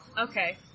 Okay